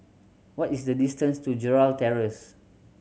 what is the distance to Gerald Terrace